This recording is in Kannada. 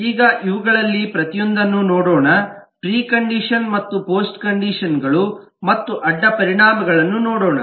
ಈಗ ಇವುಗಳಲ್ಲಿ ಪ್ರತಿಯೊಂದನ್ನು ನೋಡೋಣ ಪ್ರಿಕಂಡಿಷನ್ ಮತ್ತು ಪೋಸ್ಟ್ ಕಂಡಿಷನ್ ಗಳು ಮತ್ತು ಅಡ್ಡಪರಿಣಾಮಗಳನ್ನು ನೋಡೋಣ